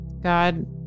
God